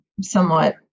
somewhat